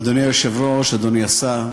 אדוני היושב-ראש, אדוני השר,